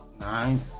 Nine